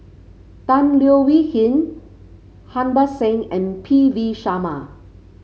Tan Leo Wee Hin Harbans Singh and P V Sharma